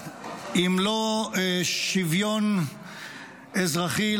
הוספת מחויבות לשוויון זכויות),